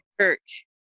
church